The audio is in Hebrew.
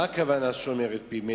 מה הכוונה שומר את פיו?